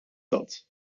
dat